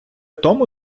тому